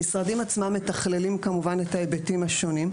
המשרדים עצמם מתכללים, כמובן, את ההיבטים השונים.